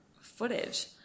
footage